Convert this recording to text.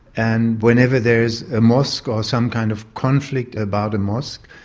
and whenever there's a mosque or some kind of conflict about a mosque,